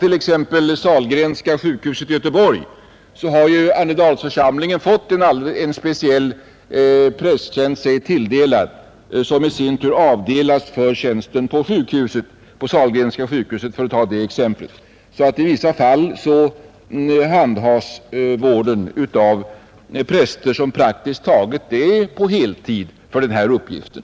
Jag kan som exempel anföra Sahlgrenska sjukhuset i Göteborg; där har Annedalsförsamlingen fått en speciell prästtjänst sig tilldelad, som i sin tur avdelats för tjänsten på Sahlgrenska sjukhuset. I vissa fall handhas således vården av präster som praktiskt taget är anställda på heltid för den här uppgiften.